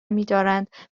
میدارند